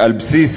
על בסיס